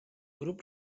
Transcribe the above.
grup